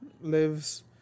lives